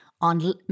on